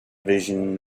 vision